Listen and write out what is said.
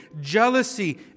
jealousy